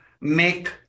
make